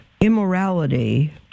Immorality